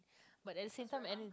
but at the same time any~